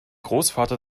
großvater